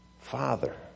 Father